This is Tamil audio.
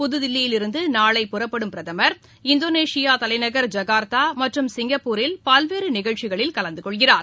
புதுதில்லியிலிருந்துநாளை புறப்படும் பிரதமா் இந்தோனேஷியாதலைநகர் ஐகார்த்தாமற்றும் சிங்கப்பூரில் பல்வேறுநிகழ்ச்சிகளில் கலந்துகொள்கிறார்